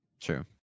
True